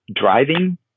Driving